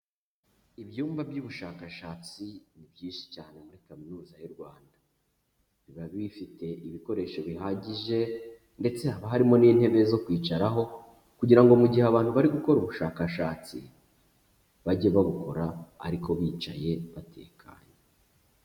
Ibyumba by'ubushakashatsi ni byinshi cyane muri kaminuza y'u Rwanda, biba bifite ibikoresho bihagije ndetse haba harimo n'intebe zo kwicaraho, kugira ngo mu gihe abantu bari gukora ubushakashatsi, bajye babukora ariko bicaye batekanye.